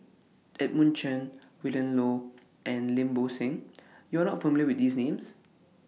Edmund Chen Willin Low and Lim Bo Seng YOU Are not familiar with These Names